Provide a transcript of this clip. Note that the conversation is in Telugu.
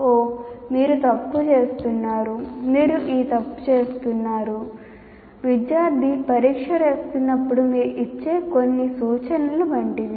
"ఓహ్ మీరు తప్పు చేస్తున్నారు మీరు ఈ తప్పు చేసారు" విద్యార్థి పరీక్ష రాస్తున్నప్పుడు మీరు ఇచ్చే కొన్ని సూచనలు వంటివి